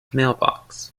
mailbox